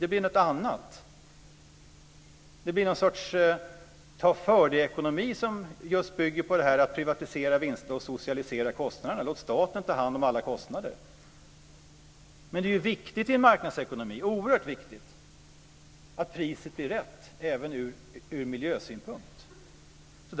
Det blir något annat - det blir någon sorts ta-för-dig-ekonomi som bygger på detta med att privatisera vinsterna och socialisera kostnaderna. Låt staten ta hand om alla kostnader, menar man. Det är oerhört viktigt i en marknadsekonomi att priset blir rätt även ur miljösynpunkt.